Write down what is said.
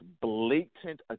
blatant